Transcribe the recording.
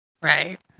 Right